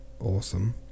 awesome